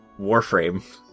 Warframe